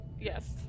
Yes